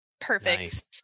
perfect